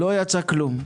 תחת סעיף 04,